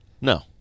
No